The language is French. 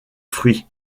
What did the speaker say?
fruit